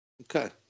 Okay